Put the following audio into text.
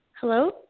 Hello